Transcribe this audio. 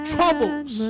Troubles